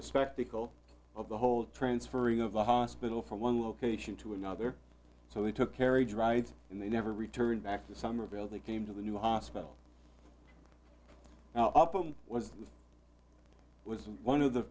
a spectacle of the whole transferring of a hospital from one location to another so they took kerry drives and they never returned back to somerville they came to the new hospital now up and was it was one of the